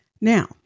Now